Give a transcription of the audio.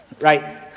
right